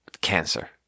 cancer